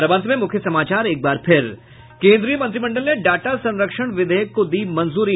और अब अंत में मुख्य समाचार केन्द्रीय मंत्रिमंडल ने डाटा संरक्षण विधेयक को दी मंजूरी